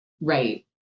right